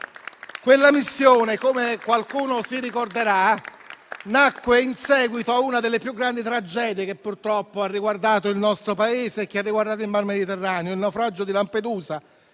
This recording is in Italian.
Quella missione, come qualcuno ricorderà, nacque in seguito a una delle più grandi tragedie che purtroppo ha riguardato il nostro Paese e il mar Mediterraneo: il naufragio di Lampedusa,